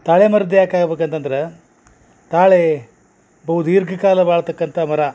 ತಾಳೆ ಮರದ್ದು ಯಾಕೆ ಆಗ್ಬೇಕು ಅಂತಂದ್ರ ತಾಳೆ ಬವು ದೀರ್ಘ ಕಾಲ ಬಾಳ್ತಕ್ಕಂಥ ಮರ